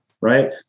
right